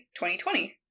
2020